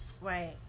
Right